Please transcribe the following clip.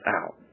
out